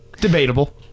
debatable